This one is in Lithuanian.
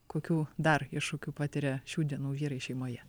kokių dar iššūkių patiria šių dienų vyrai šeimoje